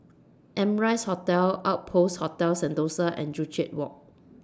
Amrise Hotel Outpost Hotel Sentosa and Joo Chiat Walk